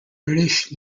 british